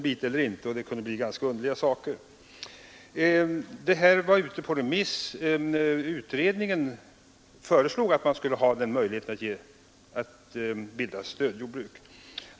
Frågan gick ut på remiss, och utredningen föreslog att möjlighet skulle ges att bilda stödjordbruk.